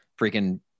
freaking